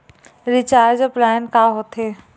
Recharge plan का होथे?